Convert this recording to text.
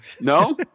no